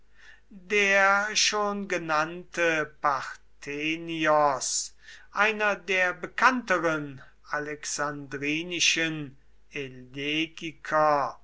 der schon genannte parthenios einer der bekannteren alexandrinischen